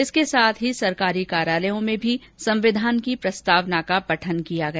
इसके साथ ही सरकारी कार्यालयों में भी संविधान की प्रस्तावना का पाठ किया गया